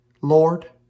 Lord